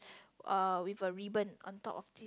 uh with a ribbon on top of this